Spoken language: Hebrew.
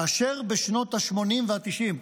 כאשר בשנות השמונים והתשעים,